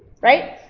Right